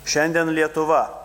šiandien lietuva